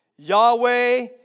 Yahweh